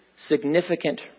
significant